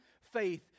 faith